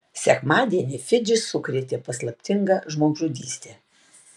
sekmadienį fidžį sukrėtė paslaptinga žmogžudystė